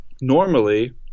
normally